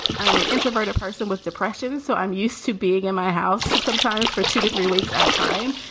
i'm an introvert, a person with depression. so i'm used to being in my house sometimes for two to three weeks at a time.